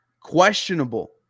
Questionable